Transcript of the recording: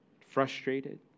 frustrated